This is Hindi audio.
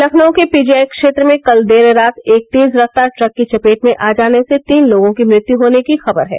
लखनऊ के पीजीआई क्षेत्र में कल देर रात एक तेज रफ्तार ट्रक की चपेट में आ जाने से तीन लोगों की मृत्य होने की खबर है